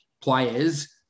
players